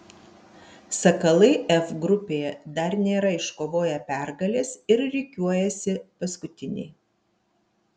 sakalai f grupėje dar nėra iškovoję pergalės ir rikiuojasi paskutiniai